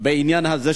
בעניין הזה,